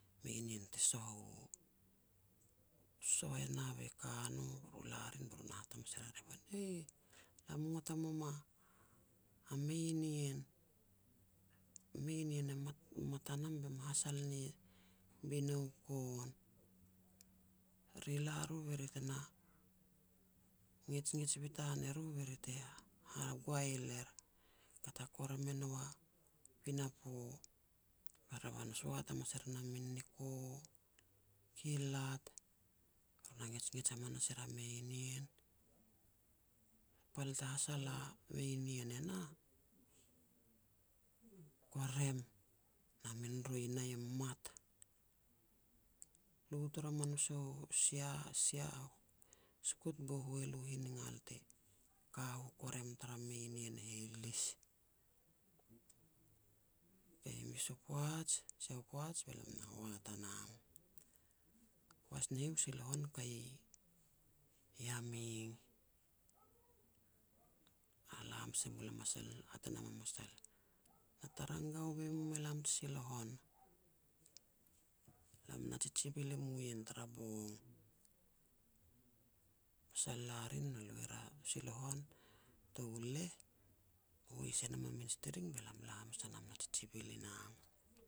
meinien te soh u. Soh enah me ka no be ru la rin be na hat hamas er a revan. "Eih, lam e ngot e mum a meinien, meinien e mat-mat a nam be me hasal ni Binoukoon. Ri la ro be ri tena ngejngej bitan e ru be ri te ha-hagual er, kat hakorim e nou a pinapo." Ba revan e soat hamas e rin a min niko, kilat, ru na ngejngej hamas er a meinien. Pal te hasal a meinien e nah, korem na min roi nah e mat. Lu toroman u sou sia-sia sukut bu hualu hiningal te ka u korim tara meinien e heh i lis. Kei, mes u poaj, sia u poaj be lam na hoat a nam. Poaj ne heh, silohon kai i Yameng. Hala hamas e mul a masal, hat e nam a masal. "Na tarangau boi e mum e lam tu silohon. Lam na tsitsibil i mu ien tara bong." Masal la rin na lui er a silohon, touleh, hois e nam a min sitiring be lam e la hamas a nam, na tsitsibil i nam.